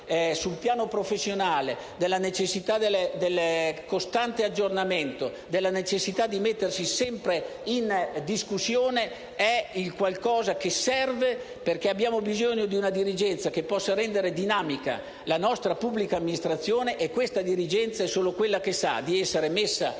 sul piano professionale, della necessità del costante aggiornamento, della necessità di mettersi sempre in discussione è il qualcosa che serve. Infatti, abbiamo bisogno di una dirigenza che possa rendere dinamica la nostra pubblica amministrazione e questa dirigenza è solo quella che sa di essere messa